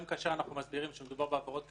גם כאשר אנחנו מסבירים שמדובר בעבירות כלכליות,